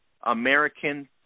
American